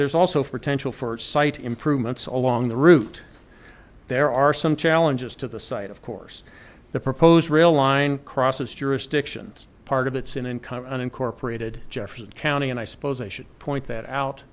there's also for tension for site improvements along the route there are some challenges to the site of course the proposed rail line crosses jurisdictions part of it's in an unincorporated jefferson county and i suppose i should point that out